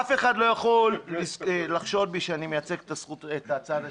אף אחד לא יכול לחשוד בי שאני מייצג את הצד השני,